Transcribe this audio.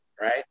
right